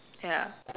ya